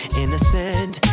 innocent